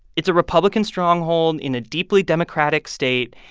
it's a republican stronghold in a deeply democratic state.